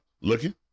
looking